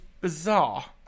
bizarre